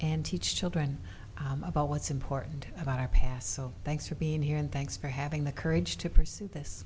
and teach children about what's important about our past so thanks for being here and thanks for having the courage to pursue this